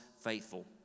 faithful